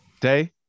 Day